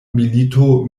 milito